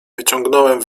wyciągnąłem